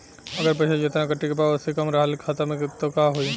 अगर पैसा जेतना कटे के बा ओसे कम रहल खाता मे त का होई?